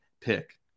pick